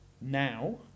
now